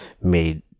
made